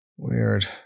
Weird